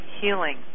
healing